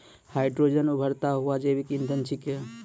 hydrogen उभरता हुआ जैविक इंधन छिकै